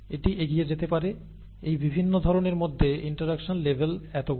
এটি এগিয়ে যেতে পারে এই বিভিন্ন ধরণের মধ্যে ইন্টারাকশন লেভেল এতগুলি